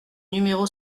numéro